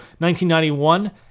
1991